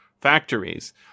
factories